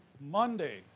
Monday